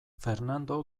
fernando